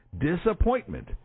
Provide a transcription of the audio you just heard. Disappointment